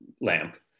lamp